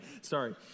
sorry